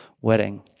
wedding